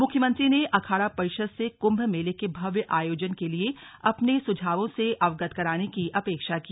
मुख्यमंत्री ने अखाड़ा परिषद से कुम्भ मेले के भव्य आयोजन के लिये अपने सुझावों से अवगत कराने की अपेक्षा की